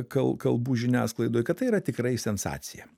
kal kalbų žiniasklaidoj kad tai yra tikrai sensacija